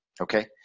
okay